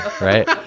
right